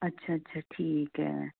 ਅੱਛਾ ਅੱਛਾ ਠੀਕ ਹੈ